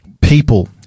people